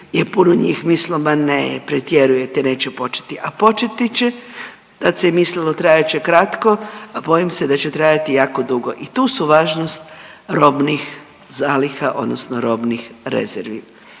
je puno njih mislilo ma ne, pretjerujete, neće početi, a početi će, tad se je mislilo trajat će kratko, a bojim se da će trajati jako dugo i tu su važnost robnih zaliha odnosno robnih rezervi.